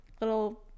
little